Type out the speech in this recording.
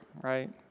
right